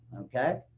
Okay